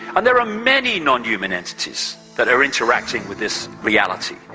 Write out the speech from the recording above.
and there are many nonhuman entities that are interacting with this reality.